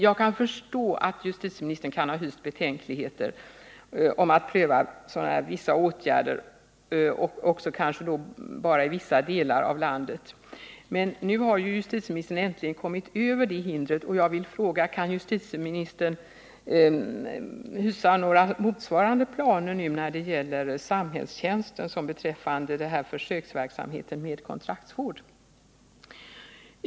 Jag kan förstå att justitieministern har hyst betänkligheter mot att pröva vissa åtgärder, och då kanske bara i vissa delar av landet, men nu har justitieministern äntligen kommit över det hindret. Jag vill därför fråga: Hyser justiteministern några planer beträffande samhällstjänsten motsvarande försöksverksamheten med kontraktsvård?